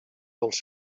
dels